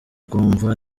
kwumva